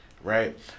Right